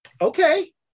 Okay